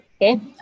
Okay